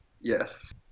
yes